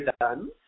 done